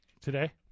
today